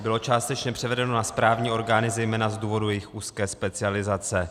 Bylo částečně převedeno na správní orgány zejména z důvodu jejich úzké specializace.